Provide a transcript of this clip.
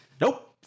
Nope